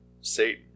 Satan